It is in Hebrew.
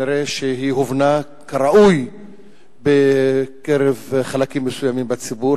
נראה שהיא הובנה כראוי בקרב חלקים מסוימים בציבור.